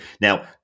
Now